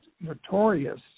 notorious